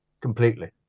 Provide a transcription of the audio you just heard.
Completely